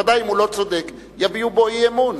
ודאי, אם הוא לא צודק, יביעו בו אי-אמון.